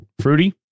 Fruity